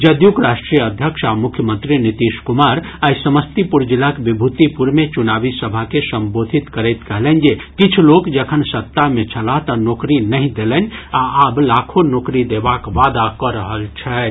जदयूक राष्ट्रीय अध्यक्ष आ मुख्यमंत्री नीतीश कुमार आइ समस्तीपुर जिलाक विभूतिपुर मे चुनावी सभा के संबोधित करैत कहलनि जे किछु लोक जखन सत्ता मे छलाह तऽ नोकरी नहि देलनि आ आब लाखो नोकरी देबाक वादा कऽ रहल छथि